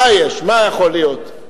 מה יש, מה יכול להיות?